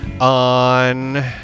on